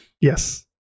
Yes